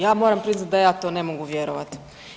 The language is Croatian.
Ja moram priznati da ja to ne mogu vjerovati.